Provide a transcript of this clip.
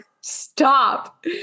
Stop